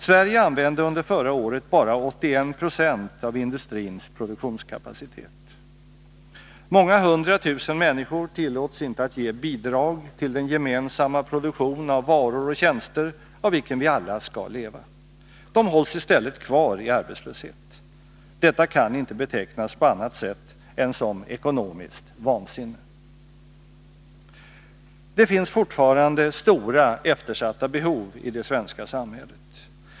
Sverige använde under förra året bara 81 20 av industrins produktionskapacitet. Många hundra tusen människor tillåts icke att ge bidrag till den gemensamma produktion av varor och tjänster av vilken vi alla skall leva. De hålls i stället kvar i arbetslöshet. Detta kan inte betecknas på annat sätt än som ekonomiskt vansinne. Det finns fortfarande stora eftersatta behov i det svenska samhället.